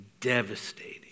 devastating